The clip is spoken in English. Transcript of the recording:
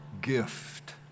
gift